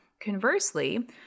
Conversely